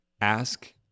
Ask